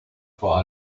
for